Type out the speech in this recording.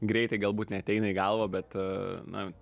greitai galbūt neateina į galvą bet na